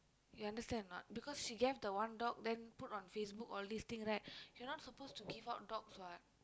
you understand or not because she gave the one dog then put on Facebook all this thing right you're not supposed to give out dogs what